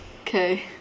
Okay